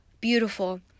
beautiful